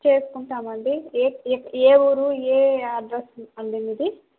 చేసుకుంటామండి ఏ ఏ ఏ ఊరు ఏ అడ్రస్ అండి మీది